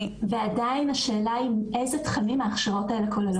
עדיין השאלה היא אילו תכנים ההכשרות האלה כוללות.